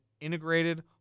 integrated